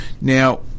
Now